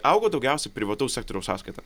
augo daugiausiai privataus sektoriaus sąskaita